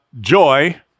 joy